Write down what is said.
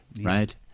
Right